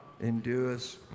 endures